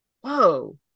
whoa